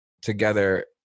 together